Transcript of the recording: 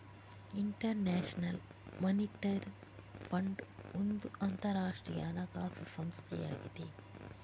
inter national monetary fund ಒಂದು ಅಂತರಾಷ್ಟ್ರೀಯ ಹಣಕಾಸು ಸಂಸ್ಥೆಯಾಗಿದೆ